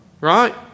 right